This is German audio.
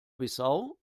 bissau